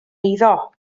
eiddo